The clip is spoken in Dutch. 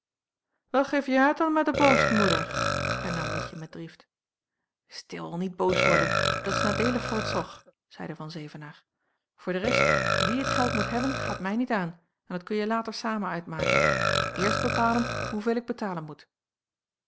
het dan mair de borst moeder hernam mietje met drift stil niet boos worden dat is nadeelig voor t zog zeide van zevenaer voor de rest wie t geld moet hebben gaat mij niet aan en dat kunje later samen uitmaken eerst bepalen hoeveel ik betalen moet